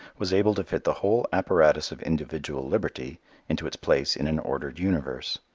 was able to fit the whole apparatus of individual liberty into its place in an ordered universe.